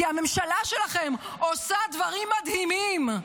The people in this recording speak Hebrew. כי הממשלה שלכם עושה דברים מדהימים.